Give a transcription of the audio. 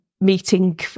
meeting